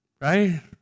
Right